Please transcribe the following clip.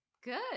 Good